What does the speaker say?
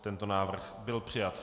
Tento návrh byl přijat.